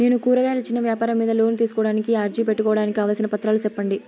నేను కూరగాయలు చిన్న వ్యాపారం మీద లోను తీసుకోడానికి అర్జీ పెట్టుకోవడానికి కావాల్సిన పత్రాలు సెప్పండి?